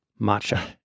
matcha